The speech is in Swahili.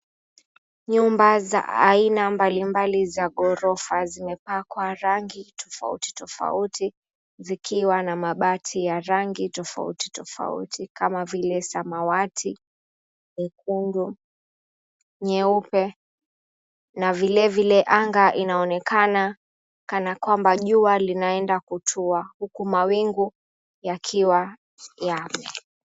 Nyumba za aina mbalimbali za ghorofa zimepakwa rangi tofauti tofauti zikiwa na mabati ya rangi tofauti tofauti kama vile samawati, nyekundu, nyeupe, na vilevile anga inaonekana kana kwamba jua linaenda kutua huku mawingu yakiwa yame.